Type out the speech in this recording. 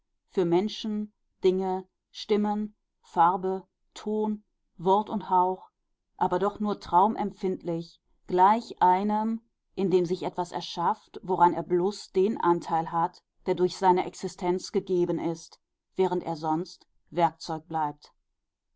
für menschen dinge stimmen farbe ton wort und hauch aber doch nur traumempfindlich gleich einem in dem sich etwas erschafft woran er bloß den anteil hat der durch seine existenz gegeben ist während er sonst werkzeug bleibt